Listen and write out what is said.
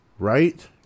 Right